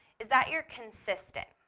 is that you're consistent.